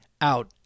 out